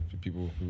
people